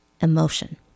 emotion